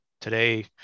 today